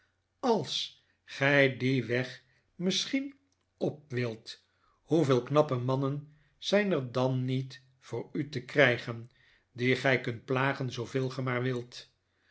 s gij dien weg misschien op wilt hoeveel knappe mannen zijn er dan niet voor u te krijgen die gij kunt plagen zoo veel ge maar wilt